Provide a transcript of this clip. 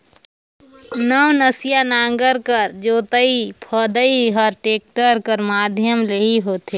नवनसिया नांगर कर जोतई फदई हर टेक्टर कर माध्यम ले ही होथे